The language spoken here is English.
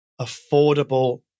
affordable